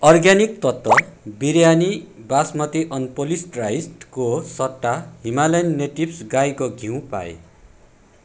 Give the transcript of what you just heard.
organic तत्त्व biryani basmati unpolished राइसको सट्टा हिमालयन नेटिभ्स गाईको घिउ पाएँ